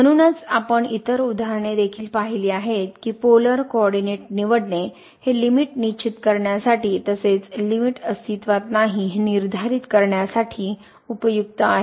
म्हणूनच आपण इतर उदाहरणे देखील पाहिली आहेत की पोलर कोऑरडीनेट निवडणे हे लिमिट निश्चित करण्यासाठी तसेच लिमिट अस्तित्त्वात नाही हे निर्धारित करण्यासाठी उपयुक्त आहे